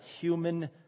human